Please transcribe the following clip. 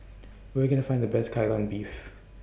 Where Can I Find The Best Kai Lan Beef